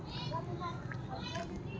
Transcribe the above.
ಕೃಷಿಗ ಯಾವ ಗೊಬ್ರಾ ಛಲೋ?